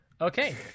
okay